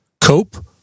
cope